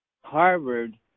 Harvard